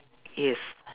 yes